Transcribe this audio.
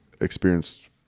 experienced